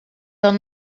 del